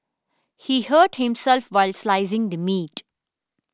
he hurt himself while slicing the meat